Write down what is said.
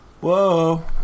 Whoa